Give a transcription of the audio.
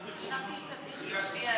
ישבתי לצד ימין.